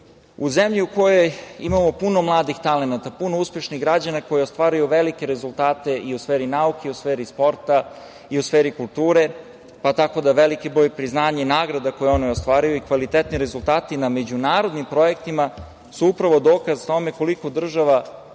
u zemlji u kojoj imamo puno mladih talenata, puno uspešnih građana koji ostvaruju velike rezultate i u sferi nauke i u sferi sporta i u sferi kulture, pa veliki broj priznanja i nagrada koje oni ostvaruju i kvalitetni rezultati na međunarodnim projektima su upravo dokaz tome koliko država